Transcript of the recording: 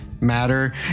matter